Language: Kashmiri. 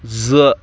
زٕ